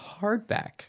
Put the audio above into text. hardback